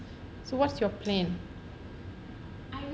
so what's your plan